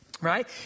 Right